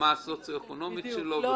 הסיבה שביקשנו להוסיף "בין היתר",